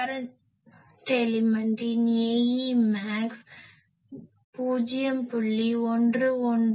current எலிமென்ட்டின் Ae max 0